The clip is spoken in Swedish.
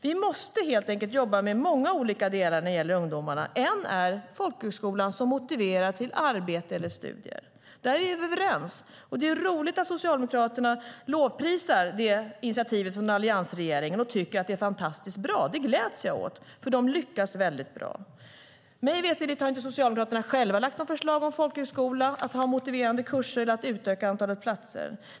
Vi måste helt enkelt jobba med många olika delar när det gäller ungdomarna. En av dem är folkhögskolan, som motiverar till arbete eller studier. Där är vi överens, och det är roligt att Socialdemokraterna lovprisar initiativet från alliansregeringen och tycker att det är fantastiskt bra. Det gläds jag åt, för man lyckas väldigt bra. Mig veterligt har inte Socialdemokraterna själva lagt fram något förslag om att ha motiverande kurser eller att utöka antalet platser i folkhögskolan.